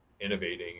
innovating